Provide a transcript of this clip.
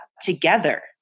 together